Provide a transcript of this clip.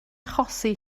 achosi